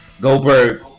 Goldberg